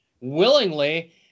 willingly